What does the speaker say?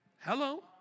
Hello